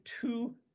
two